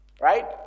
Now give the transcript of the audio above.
Right